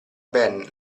ben